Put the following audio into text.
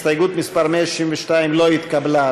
הסתייגות מס' 162 לא התקבלה.